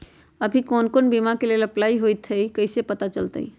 अभी कौन कौन बीमा के लेल अपलाइ होईत हई ई कईसे पता चलतई?